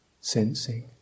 sensing